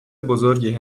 بزرگی